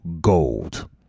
gold